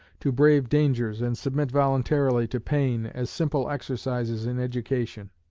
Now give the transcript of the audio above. to brave dangers, and submit voluntarily to pain, as simple exercises in education.